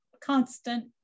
constant